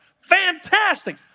Fantastic